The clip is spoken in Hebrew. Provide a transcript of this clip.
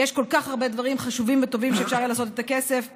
ויש כל כך הרבה דברים חשובים וטובים שאפשר לעשות עם הכסף הזה.